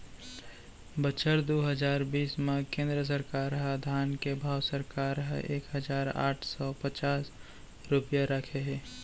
बछर दू हजार बीस म केंद्र सरकार ह धान के भाव सरकार ह एक हजार आठ सव पचास रूपिया राखे हे